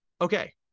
Okay